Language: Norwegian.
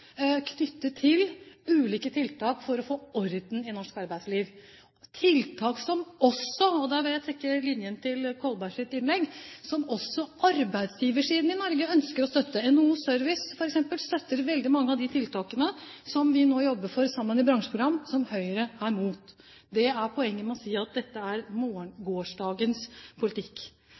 knyttet til ulike tiltak for å få orden i norsk arbeidsliv, tiltak som også, og da vil jeg trekke linjen til Kolbergs innlegg, arbeidsgiversiden i Norge ønsker å støtte. NHO Service f.eks. støtter veldig mange av de tiltakene som vi nå jobber for sammen i bransjeprogram, som Høyre er imot. Det er poenget med å si at dette er gårsdagens politikk.